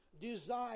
desire